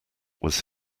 was